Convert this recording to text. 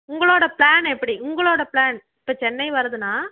உங்களோடய ப்ளான் எப்படி உங்களோடய ப்ளான் இப்போ சென்னை வர்றதுன்னால்